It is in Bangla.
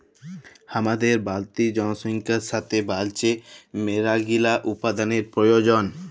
হামাদের বাড়তি জনসংখ্যার সাতে বাইড়ছে মেলাগিলা উপাদানের প্রয়োজন